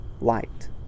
light